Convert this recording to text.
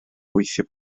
gweithio